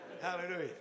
hallelujah